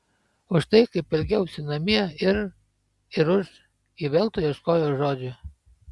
už tai kaip elgiausi namie ir ir už ji veltui ieškojo žodžių